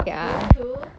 true true